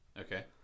Okay